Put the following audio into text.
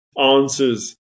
answers